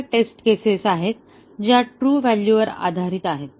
तर ह्या testing cases आहेत ज्या या ट्रू व्हॅल्यू वर आधारित आहेत